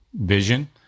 vision